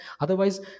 otherwise